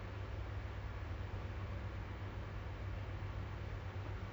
also depending lah like cause I'm doing project right like I said then macam